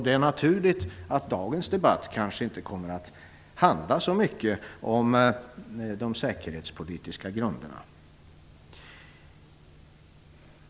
Det är naturligt att dagens debatt kanske inte kommer att handla så mycket om de säkerhetspolitiska grunderna.